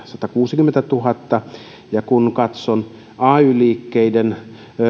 satakuusikymmentätuhatta ja kun katson ay liikkeiden